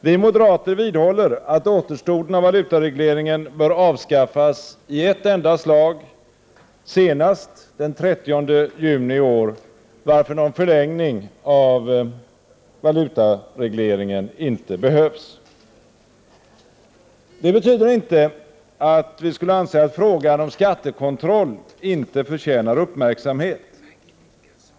Vi moderater vidhåller att återstoden av valutaregleringen bör avskaffas i ett enda slag senast den 30 juni i år, varför någon förlängning av valutaregleringen inte behövs. Detta betyder inte att vi skulle anse att frågan om skattekontroll inte förtjänar uppmärksamhet.